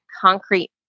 concrete